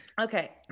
Okay